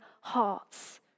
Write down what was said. hearts